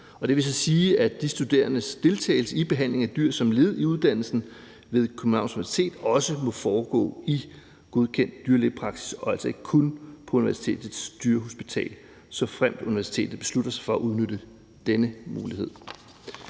Det vil altså sige, at de studerendes deltagelse i behandling af dyr som led i uddannelsen ved Københavns Universitet også må foregå i godkendt dyrlægepraksis og altså ikke kun på universitetets dyrehospital, såfremt universitetet beslutter sig for at udnytte denne mulighed.